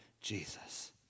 Jesus